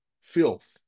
filth